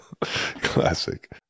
classic